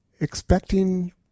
expecting